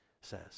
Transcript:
says